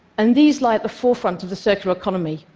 and these lie at the forefront of the circular economy.